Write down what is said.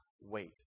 wait